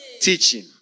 teaching